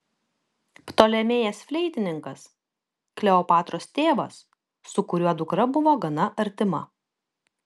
ptolemėjas fleitininkas kleopatros tėvas su kuriuo dukra buvo gana artima